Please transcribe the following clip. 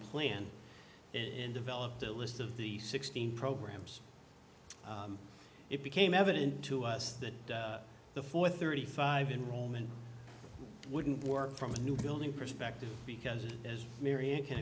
plan and developed a list of the sixteen programs it became evident to us that the four thirty five enrollment wouldn't work from a new building perspective because as mary can